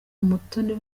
umutoni